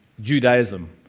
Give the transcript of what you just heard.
Judaism